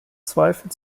zweifel